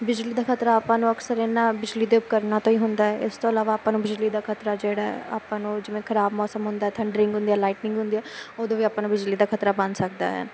ਬਿਜਲੀ ਦਾ ਖਤਰਾ ਆਪਾਂ ਨੂੰ ਅਕਸਰ ਇਨਾਂ ਬਿਜਲੀ ਦੇ ਉਪਕਰਣਾਂ ਤੋਂ ਹੀ ਹੁੰਦਾ ਏ ਇਸ ਤੋਂ ਇਲਾਵਾ ਆਪਾਂ ਨੂੰ ਬਿਜਲੀ ਦਾ ਖ਼ਤਰਾ ਜਿਹੜਾ ਏ ਆਪਾਂ ਨੂੰ ਜਿਵੇਂ ਖ਼ਰਾਬ ਮੌਸਮ ਹੁੰਦਾ ਥੰਡਰਿੰਗ ਹੁੰਦੀ ਆ ਲਾਈਟਨਿੰਗ ਹੁੰਦੀ ਆ ਉਦੋਂ ਵੀ ਆਪਾਂ ਨੂੰ ਬਿਜਲੀ ਦਾ ਖ਼ਤਰਾ ਬਣ ਸਕਦਾ ਹੈ